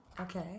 Okay